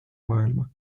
maailma